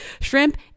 shrimp